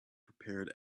prepared